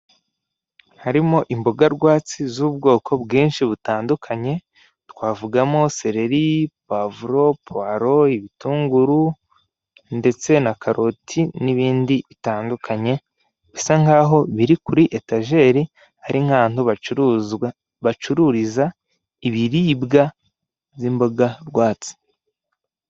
Harimo imboga rwatsi z'ubwoko bwinshi butandukanye, twavugamo sereri, puwavuro, puwaro, ibitunguru ndetse na karoti n'ibindi bitandukanye, bisa nk'aho biri kuri etajeri ari nk'ahantu bacururiza ibiribwa by'imboga rwatsi.